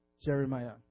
Jeremiah